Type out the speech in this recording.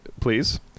please